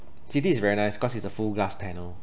city is very nice cause it's a full glass panel